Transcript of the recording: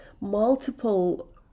multiple